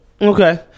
Okay